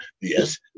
Yes